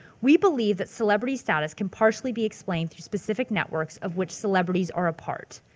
we believe that celebrity status can partially be explained through specific networks of which celebrities are a part.